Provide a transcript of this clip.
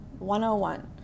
101